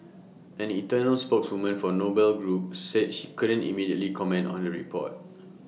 an external spokeswoman for noble group said she couldn't immediately comment on the report